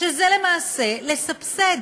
שזה למעשה לסבסד.